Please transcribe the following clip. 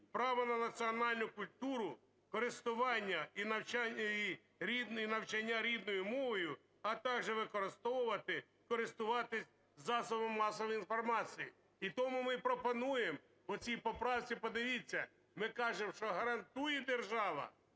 право на національну культуру, користування і навчання її, навчання рідною мовою, а також використовувати, користуватися засобами масової інформації. І тому ми пропонуємо у цій поправці, подивіться, ми кажемо, що гарантує держава,